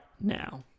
now